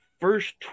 first